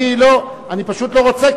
אני פשוט לא רוצה,